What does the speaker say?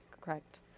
correct